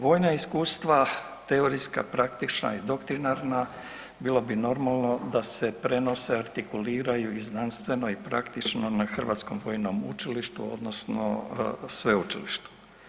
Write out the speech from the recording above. Vojna iskustva, teorijska, praktična i doktrinarna, bilo bi normalno da se prenose, artikuliraju i znanstveno i praktično na Hrvatskom vojnom učilištu odnosno sveučilištu.